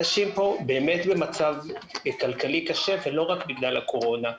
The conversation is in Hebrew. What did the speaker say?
אנשים פה באמת במצב כלכלי קשה ולא רק בגלל הקורונה.